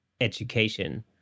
education